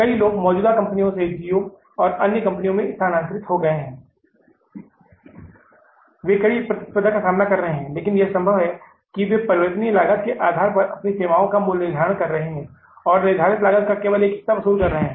कई लोग मौजूदा कंपनियों से Jio और अन्य कंपनियों में स्थानांतरित हो गए हैं वे कड़ी प्रतिस्पर्धा का सामना कर रहे हैं लेकिन यह संभव है कि वे परिवर्तनीय लागत के आधार पर अपनी सेवाओं का मूल्य निर्धारण कर रहे हैं और निर्धारित लागत का केवल हिस्सा वसूल कर रहे हैं